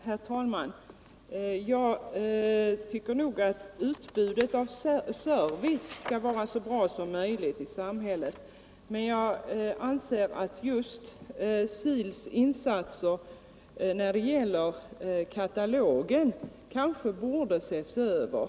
Herr talman! Jag tycker att servicen i samhället skall vara så bra som möjligt. Men just SIL:s insatser när det gäller katalogen kanske ändå borde ses över.